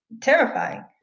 terrifying